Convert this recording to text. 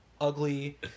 ugly